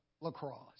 lacrosse